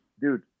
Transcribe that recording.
dude